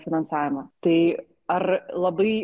finansavimo tai ar labai